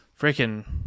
freaking